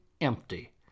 empty